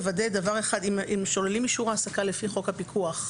אם שוללים אישור העסקה לפי חוק הפיקוח,